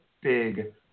big